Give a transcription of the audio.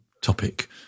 topic